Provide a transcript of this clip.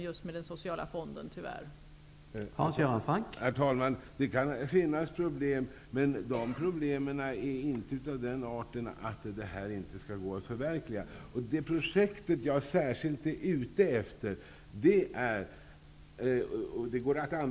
Jag vet inte om han är medveten om det.